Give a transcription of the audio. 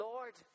Lord